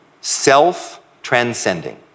self-transcending